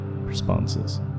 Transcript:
responses